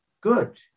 good